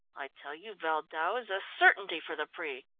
i tell you valdau is a certainty for the prix.